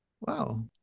Wow